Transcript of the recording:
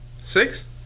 Six